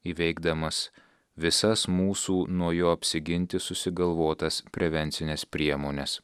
įveikdamas visas mūsų nuo jo apsiginti susigalvotas prevencines priemones